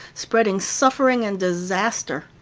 spreading suffering and disaster.